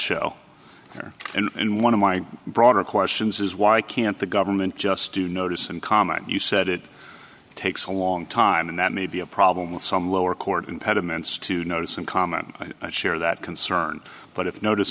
show here and one of my broader questions is why can't the government just do notice and comment you said it takes a long time and that may be a problem with some lower court impediments to notice and comment and share that concern but if notice